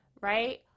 right